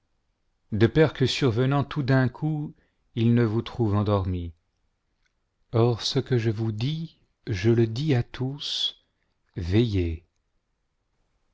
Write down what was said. de peur que survenant tout d'un coup il ne vous trouve endormi or ce que je vous dis je le dis à tous